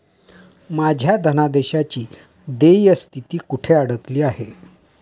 माझ्या धनादेशाची देय स्थिती कुठे अडकली आहे?